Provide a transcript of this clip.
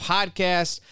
Podcast